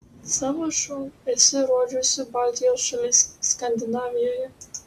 savo šou esu rodžiusi baltijos šalyse skandinavijoje